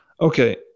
Okay